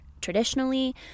traditionally